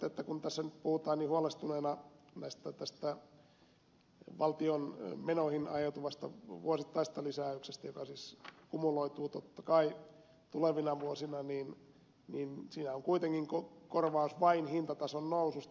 todettakoon nyt kun tässä puhutaan niin huolestuneina valtion menoihin aiheutuvasta vuosittaisesta lisäyksestä joka siis totta kai kumuloituu tulevina vuosina että siinä on kuitenkin korvaus vain hintatason noususta